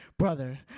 Brother